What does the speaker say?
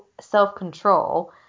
self-control